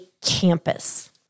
campus